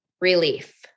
relief